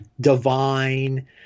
divine